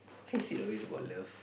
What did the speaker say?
why is it always about love